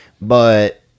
But-